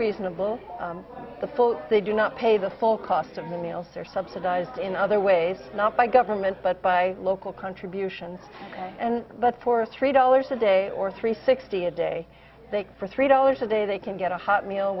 reasonable the folks they do not pay the full cost of the meals are subsidized in other ways not by government but by local contributions and but for three dollars a day or three sixty a day for three dollars a day they can get a hot meal